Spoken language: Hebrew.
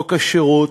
חוק השירות,